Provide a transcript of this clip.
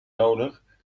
nodig